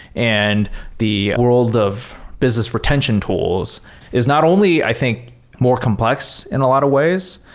and the world of business retention tools is not only i think more complex in a lot of ways,